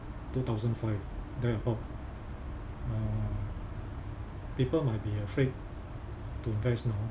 two thousand five there about uh people might be afraid to invest now